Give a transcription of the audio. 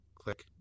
Click